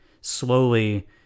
slowly